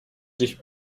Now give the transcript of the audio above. dich